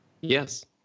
Yes